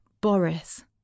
Boris